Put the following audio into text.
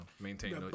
maintain